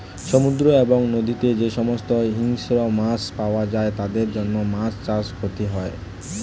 সমুদ্র এবং নদীতে যে সমস্ত হিংস্র মাছ পাওয়া যায় তাদের জন্য মাছ চাষে ক্ষতি হয়